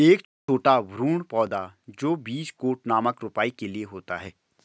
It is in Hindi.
एक छोटा भ्रूण पौधा जो बीज कोट नामक रोपाई के लिए होता है